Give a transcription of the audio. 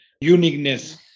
uniqueness